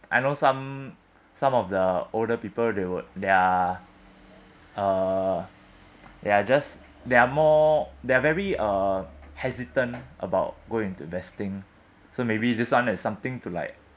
I know some some of the older people they were they are uh they are just they are more they are very uh hesitant about go into investing so maybe this one is something to like